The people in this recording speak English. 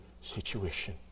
situation